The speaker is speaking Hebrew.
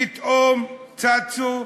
פתאום צצו: